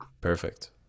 Perfect